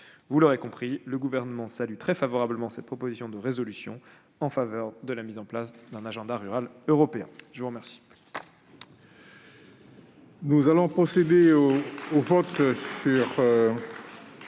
Vous l'aurez compris, le Gouvernement salue très favorablement cette proposition de résolution en faveur de la mise en place d'un agenda rural européen. La discussion